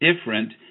different